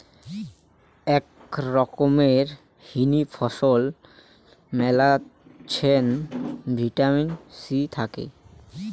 আক রকমের হিনি ফল মেলাছেন ভিটামিন সি থাকি